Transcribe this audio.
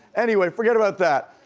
anyway, forget about that.